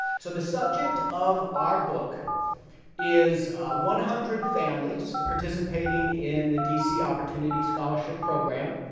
so the subject of our book is one hundred families participating in the d c. opportunity scholarship program,